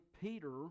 Peter